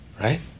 right